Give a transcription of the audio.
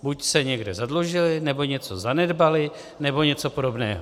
Buď se někde zadlužili, nebo něco zanedbali, nebo něco podobného.